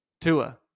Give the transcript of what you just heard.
Tua